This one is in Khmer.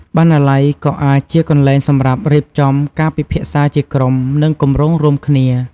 បណ្ណាល័យក៏អាចជាកន្លែងសម្រាប់រៀបចំការពិភាក្សាជាក្រុម និងគម្រោងរួមគ្នា។